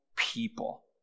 people